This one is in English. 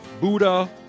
Buddha